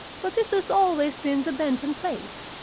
but this has always been the benton place,